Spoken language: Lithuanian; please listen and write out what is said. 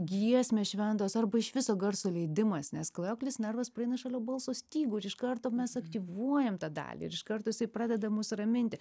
giesmės šventos arba iš viso garso leidimas nes klajoklis nervas praeina šalia balso stygų ir iš karto mes aktyvuojam tą dalį ir iš karto jisai pradeda mus raminti